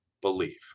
believe